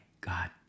God